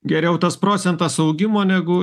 geriau tas procentas augimo negu